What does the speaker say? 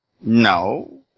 No